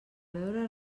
veure